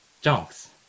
junks